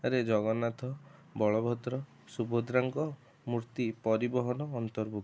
ରେ ଜଗନ୍ନାଥ ବଳଭଦ୍ର ସୁଭଦ୍ରାଙ୍କ ମୂର୍ତ୍ତି ପରିବହନ ଅନ୍ତର୍ଭୁକ୍ତ